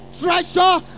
treasure